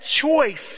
choice